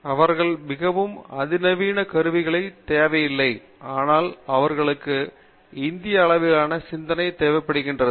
அவர்கள் மிகவும் அதிநவீன கருவிகள் தேவையில்லை ஆனால் அவர்களுக்கு இந்திய அளவிலான சிந்தனை தேவைப்படுகிறது